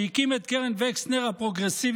שהקים את קרן וקסנר הפרוגרסיבית,